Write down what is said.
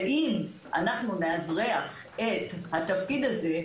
ואם אנחנו נאזרח את התפקיד הזה,